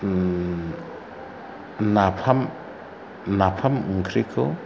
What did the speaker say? ओम नाफाम नाफाम ओंख्रिखौ